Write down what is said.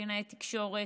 בקלינאי תקשורת,